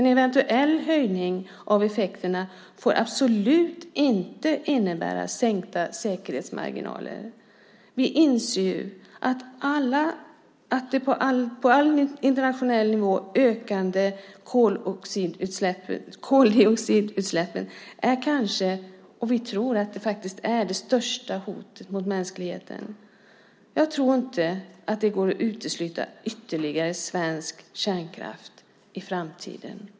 En eventuell höjning av effekterna får absolut inte innebära minskade säkerhetsmarginaler! Vi inser ju alla att de på internationell nivå ökande koldioxidutsläppen kanske är det största hotet mot mänskligheten. Jag tror inte att det går att utesluta ytterligare svensk kärnkraft i framtiden.